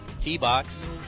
T-box